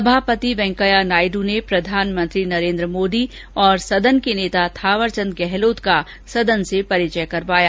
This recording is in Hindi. सभापति वेंकैया नायडू ने प्रधानमंत्री नरेन्द्र मोदी और सदन के नेता थावरचंद गहलोत का सदन से परिचय करवाया